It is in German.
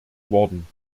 worden